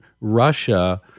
Russia